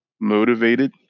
motivated